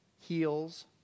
heals